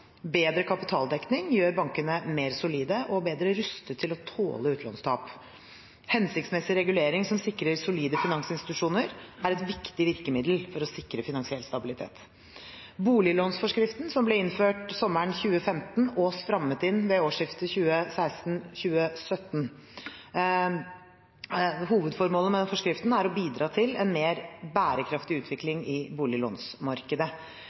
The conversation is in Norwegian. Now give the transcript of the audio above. Bedre kapitaldekning gjør bankene mer solide og bedre rustet til å tåle utlånstap. Hensiktsmessig regulering som sikrer solide finansinstitusjoner, er et viktig virkemiddel for å sikre finansiell stabilitet. Hovedformålet med boliglånsforskriften som ble innført sommeren 2015 og strammet inn ved årsskiftet 2016/2017, er å bidra til en mer bærekraftig utvikling i boliglånsmarkedet.